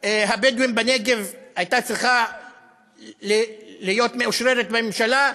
הבדואים בנגב, הייתה צריכה להיות מאושררת בממשלה.